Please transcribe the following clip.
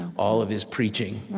all of his preaching.